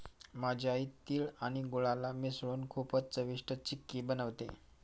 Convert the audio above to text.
माझी आई तिळ आणि गुळाला मिसळून खूपच चविष्ट चिक्की बनवते